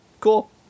Cool